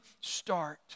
start